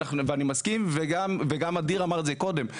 ואני מסכים וגם אדיר אמר את זה קודם.